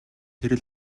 тэр